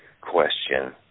question